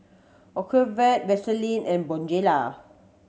Ocuvite Vaselin and Bonjela